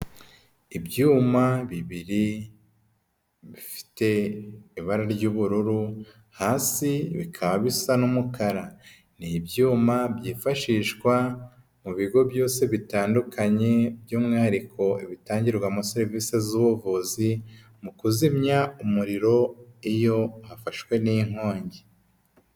Ibyuma bibiri bifite ibara ry'ubururu hasi bikaba bisa n'umukara, ni ibyuma byifashishwa mu bigo byose bitandukanye by'umwihariko ibitangirwamo serivise z'ubuvuzi, mu kuzimya umuriro iyo hafashwe n'inkongi.